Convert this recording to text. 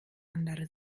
andere